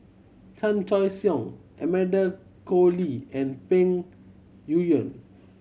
Chan Choy Siong Amanda Koe Lee and Peng Yuyun